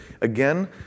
Again